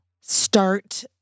start